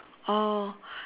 oh